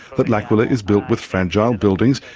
that l'aquila is built with fragile buildings,